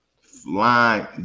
flying